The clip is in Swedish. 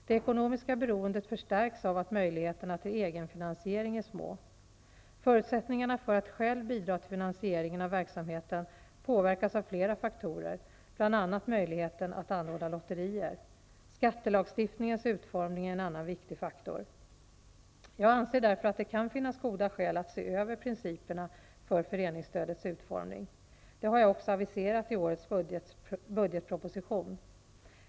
Det ekonomiska beroendet förstärks av att möjligheterna till egenfinansiering är små. Förutsättningarna för att själv bidra till finansieringen av verksamheten påverkas av flera faktorer, bl.a. möjligheten att anordna lotterier. Skattelagstiftningens utformning är en annan viktig faktor. Jag anser därför att det kan finnas goda skäl att se över principerna för föreningsstödets utformning. Detta har jag också aviserat i årets budgetproposition.